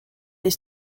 les